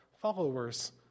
followers